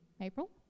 April